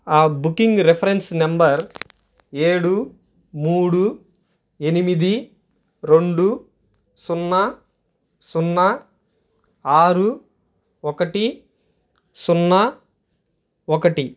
ఆ booking reference number ఏడు మూడు ఎనిమిది రెండు సున్నా సున్నా ఆరు ఒకటి సున్నా ఒకటి